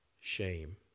shame